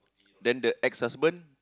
then the ex husband